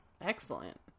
Excellent